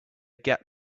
get